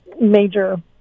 major